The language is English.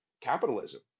capitalism